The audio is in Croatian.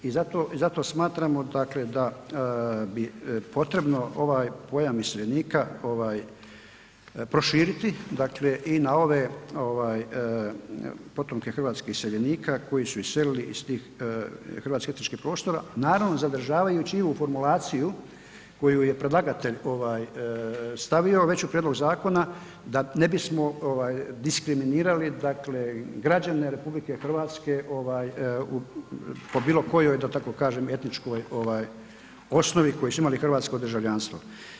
I zato smatramo da bi potrebno ovaj pojam iseljenika ovaj proširiti, dakle i na ove ovaj potomke hrvatskih iseljenika koji su iselili iz tih hrvatskih etničkih prostora, naravno zadržavajući i ovu formulaciju koju je predlagatelj stavio već u prijedlog zakona da ne bismo diskriminirali dakle građane RH ovaj po bilo kojoj da tako kažem etničkoj ovaj osnovi koji su imali hrvatsko državljanstvo.